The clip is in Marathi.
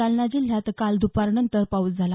जालना जिल्ह्यात काल दुपारनंतर पाऊस झाला